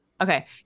Okay